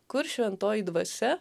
kur šventoji dvasia